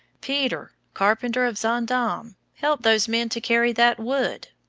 peter, carpenter of zaandam, help those men to carry that wood,